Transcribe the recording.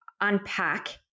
unpack